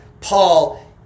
Paul